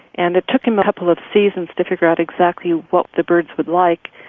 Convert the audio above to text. and it took him a couple of seasons to figure out exactly what the birds would like,